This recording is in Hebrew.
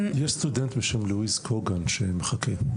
סטודנט בשם לואיס קוגן שמחכה.